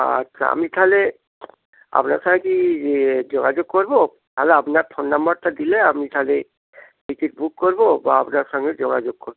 আচ্ছা আমি তাহলে আপনার সঙ্গে কি যোগাযোগ করবো তাহলে আপনার ফোন নাম্বারটা দিলে আপনি তাহলে টিকিট বুক করবো বা আপনার সঙ্গে যোগাযোগ করবো